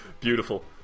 Beautiful